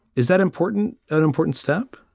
is that important, an important step?